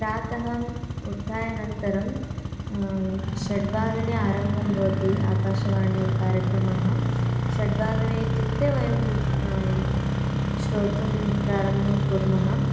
प्रातः अहं उत्थाय नन्तरं षड्वादने आरम्भं भवति आकाशवाण्यां कार्यक्रमाः षड्वादने इत्युक्ते वयं श्रोतुं प्रारम्भं कुर्मः